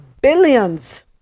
billions